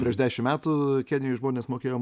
prieš dešimt metų kenijoje žmonės mokėjo